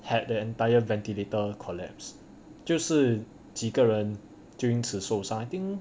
had the entire ventilator collapse 就是几个人就应此受伤 I think